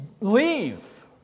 Leave